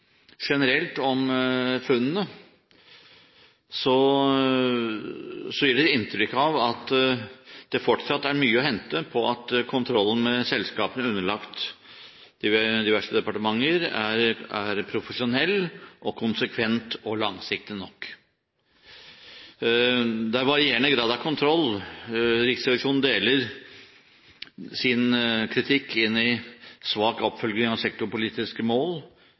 generelt om funnene, gir de inntrykk av at det fortsatt er mye å hente på at kontrollen med selskapene underlagt diverse departementer er profesjonell og konsekvent og langsiktig nok. Det er varierende grad av kontroll. Riksrevisjonen deler sin kritikk inn i svak oppfølging av sektorpolitiske mål,